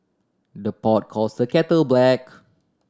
the pot calls the kettle black